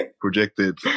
projected